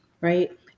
right